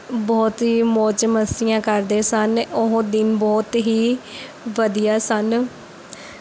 ਬਹੁਤ ਹੀ ਮੌਜ ਮਸਤੀਆਂ ਕਰਦੇ ਸਨ ਉਹ ਦਿਨ ਬਹੁਤ ਹੀ ਵਧੀਆ ਸਨ